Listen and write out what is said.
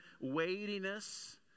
weightiness